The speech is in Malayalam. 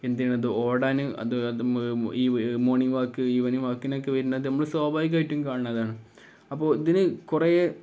എന്തിനാണ് അത് ഓടാന് അത് അത് ഈ മോർണിംഗ് വാക്ക് ഈവനിങ് വാക്കിനൊക്കെ വരുന്നതു നമ്മള് സ്വാഭാവികായിട്ടും കാണുന്നതാണ് അപ്പോള് ഇതിനു കുറേ